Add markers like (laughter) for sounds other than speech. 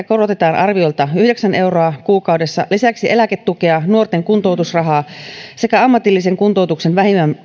(unintelligible) korotetaan arviolta yhdeksän euroa kuukaudessa lisäksi eläketukea nuorten kuntoutusrahaa sekä ammatillisen kuntoutuksen